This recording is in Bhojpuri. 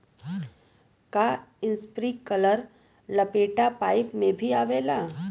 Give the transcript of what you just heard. का इस्प्रिंकलर लपेटा पाइप में भी आवेला?